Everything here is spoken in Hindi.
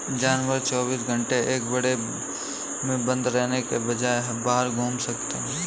जानवर चौबीस घंटे एक बाड़े में बंद रहने के बजाय बाहर घूम सकते है